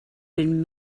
been